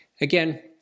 Again